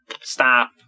stop